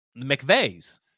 McVeigh's